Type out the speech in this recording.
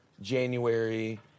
January